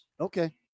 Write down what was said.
Okay